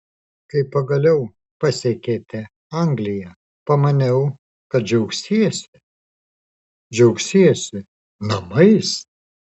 kai pagaliau pasiekėte angliją pamaniau kad džiaugsiesi džiaugsiesi namais